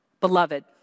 Beloved